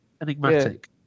Enigmatic